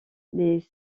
les